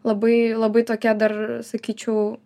labai labai tokie dar sakyčiau